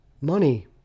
Money